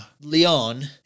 Leon